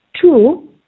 Two